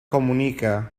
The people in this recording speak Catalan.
comunica